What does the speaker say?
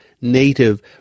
native